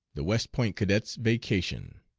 the west point cadets' vacation.